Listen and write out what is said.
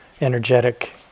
energetic